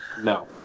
No